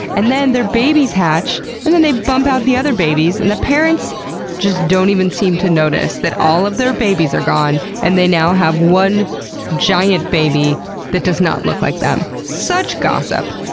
and then their babies hatch and then they bump out the other babies. and the parents just don't seem to notice that all of their babies are gone, and they now have one giant baby that does not look like them. such gossip.